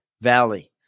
Valley